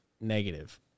negative